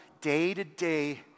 day-to-day